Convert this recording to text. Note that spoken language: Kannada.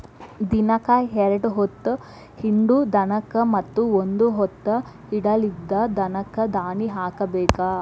ದಿನಕ್ಕ ಎರ್ಡ್ ಹೊತ್ತ ಹಿಂಡು ದನಕ್ಕ ಮತ್ತ ಒಂದ ಹೊತ್ತ ಹಿಂಡಲಿದ ದನಕ್ಕ ದಾನಿ ಹಾಕಬೇಕ